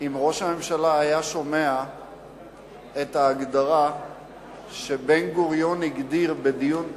אם ראש הממשלה היה שומע את ההגדרה שבן-גוריון הגדיר בדיון,